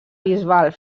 bisbal